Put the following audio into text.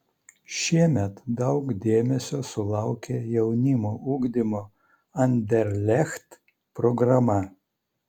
šiemet daug dėmesio sulaukė jaunimo ugdymo anderlecht programa